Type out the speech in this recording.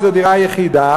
וזו הדירה היחידה.